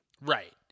Right